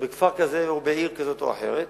בכפר כזה או בעיר כזאת או אחרת,